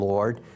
Lord